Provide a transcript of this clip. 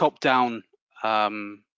top-down